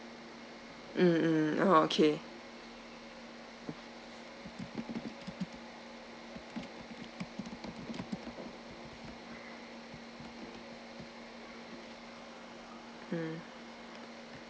mm mm oh okay mm